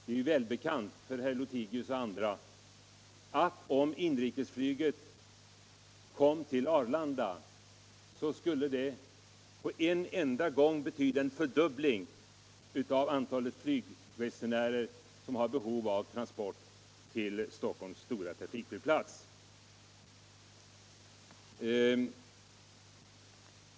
Det är välbekant för herr Lothigius och andra att om inrikesflyget flyttade till Arlanda, så skulle det på en enda gång betyda en fördubbling av antalet flygresenärer som har behov av marktransport till Stockholms stora trafikflygplats.